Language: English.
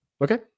Okay